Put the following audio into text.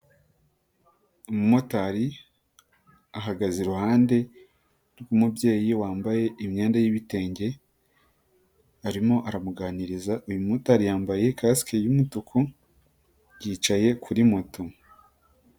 Umumotari, ahagaze iruhande, rw'umubyeyi wambaye imyenda y'ibitenge, arimo aramuganiriza uyu mumotari yambaye kasike y'umutuku, yicaye kuri moto.